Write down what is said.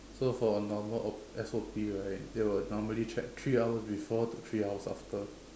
so for normal O_P S_O_P right they will normally check three hours before to three hours after